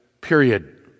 period